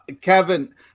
Kevin